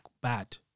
bad